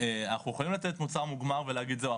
אנחנו יכולים לתת מוצר מוגמר ולהגיד שזהו,